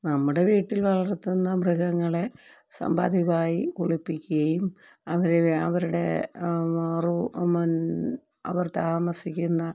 നമ്മുടെ വീട്ടിൽ വളർത്തുന്ന മൃഗങ്ങളെ സമ്പാദ്യമായി കുളിപ്പിക്കുകയും അവരെ അവരുടെ ആറു അമൻ അവർ താമസിക്കുന്ന